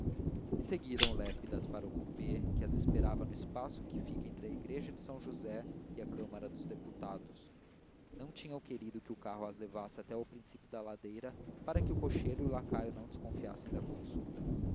seguiram lépidas para o coupé que as esperava no espaço que fica entre a igreja de são josé e a câmara dos deputados não tinham querido que o carro as levasse até ao princípio da ladeira para que o cocheiro e o lacaio não desconfiassem da consulta